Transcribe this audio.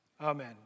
Amen